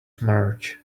merge